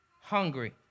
hungry